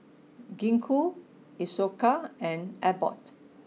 Gingko Isocal and Abbott